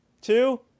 two